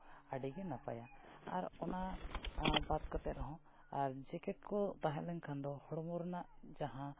ᱟᱹᱰᱤᱜᱮ ᱱᱟᱯᱟᱭᱟ ᱟᱨ ᱚᱱᱟ ᱵᱟᱫᱽ ᱠᱟᱛᱮ ᱨᱮᱦᱚᱸ ᱟᱨ ᱡᱮᱠᱮᱴ ᱠᱚ ᱛᱟᱦᱮᱸᱞᱮᱱᱠᱷᱟᱱ ᱦᱚᱲᱢᱚ ᱨᱮᱱᱟᱜ ᱡᱟᱦᱟᱸ